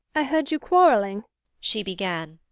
i heard you quarrelling she began.